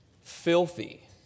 filthy